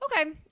Okay